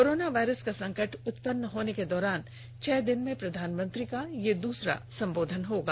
corona virus का संकट उत्पन्न होने के दौरान छह दिन में प्रधानमंत्री का यह दूसरा संबोधन होगा